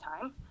time